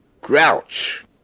grouch